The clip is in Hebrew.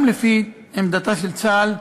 גם לפי העמדה של צה"ל,